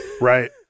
Right